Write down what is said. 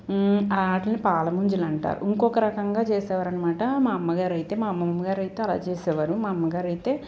వాటిలని పాలముంజలు అంటారు ఇంకొక రకంగా చేసేవారనమాట మా అమ్మ గారైతే మా అమ్మమ్మ గారైతే అలా చేసేవారు మా అమ్మ గారైతే